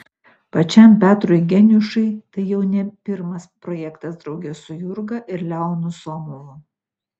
pačiam petrui geniušui tai jau ne pirmas projektas drauge su jurga ir leonu somovu